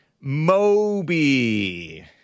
Moby